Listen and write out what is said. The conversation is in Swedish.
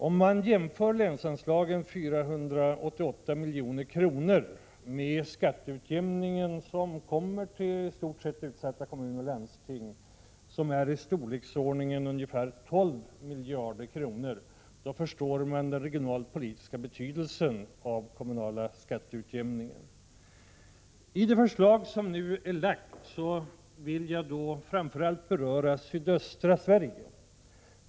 Om man jämför länsanslaget på 488 milj.kr. med skatteutjämningen, som är i storleksordningen 12 miljarder kronor och som i stort sett kommer utsatta kommuner och landsting till del, då förstår man den regionalpolitiska betydelsen av den kommunala skatteutjämningen. I det förslag som nu har lagts fram vill jag framför allt beröra sydöstra Sverige.